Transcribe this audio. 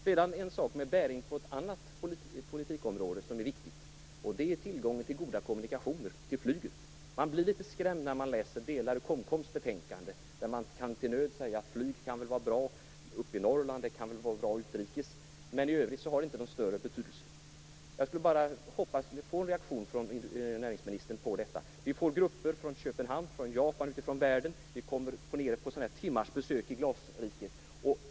Sedan till en sak som har bäring på ett annat viktigt politikområde, nämligen tillgången till goda kommunikationer, tillgången till flyget. Delar av KOMKOM:s betänkande blir litet skrämmande läsning, där man till nöds kan säga flyg kan vara bra uppe i Norrland och utrikes men i övrigt har det inte någon större betydelse. Jag skulle vilja få en reaktion från näringsministern på detta. Vi får grupper från Köpenhamn, Japan och hela världen på några timmars besök på glasriket.